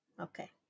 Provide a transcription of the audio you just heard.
Okay